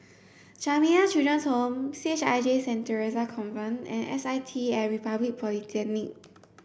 Jamiyah Children's Home C H I J Saint Theresa's Convent and S I T at Republic Polytechnic